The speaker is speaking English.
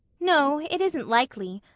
no, it isn't likely.